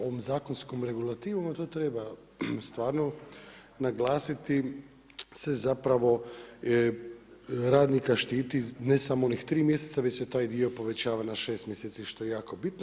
Ovom zakonskom regulativom to treba stvarno naglasiti se zapravo radnika štiti ne samo onih tri mjeseca već se taj dio povećava na šest mjeseci što je jako bitno.